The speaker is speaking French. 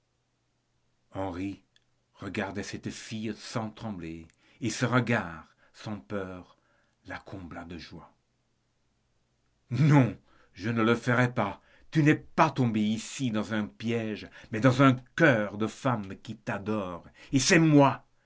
henri regarda cette fille sans trembler et ce regard sans peur la combla de joie non je ne le ferai pas tu n'es pas tombé ici dans un piége mais dans un cœur de femme qui t'adore et c'est moi